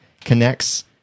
connects